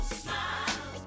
smile